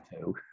two